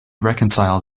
reconcile